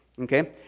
Okay